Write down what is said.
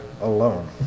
alone